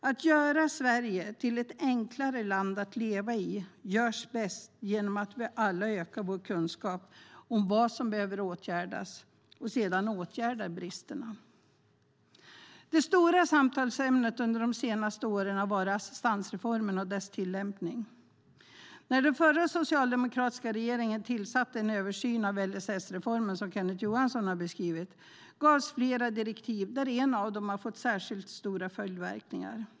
Att göra Sverige till ett enklare land att leva i görs bäst genom att vi alla ökar vår kunskap om vad som behöver åtgärdas och sedan åtgärdar bristerna. Det stora samtalsämnet under de senaste åren har varit assistansreformen och dess tillämpning. När den förra socialdemokratiska regeringen tillsatte en översyn av LSS-reformen, som Kenneth Johansson har beskrivit, gavs flera direktiv. Ett av dem har fått särskilt stora följdverkningar.